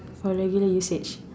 for regular usage